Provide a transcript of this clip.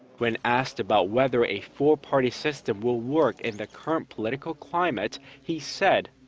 when asked about whether a four-party system will work in the current political climate, he said.